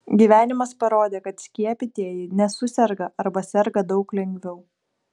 gyvenimas parodė kad skiepytieji nesuserga arba serga daug lengviau